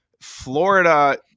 Florida